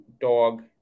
dog –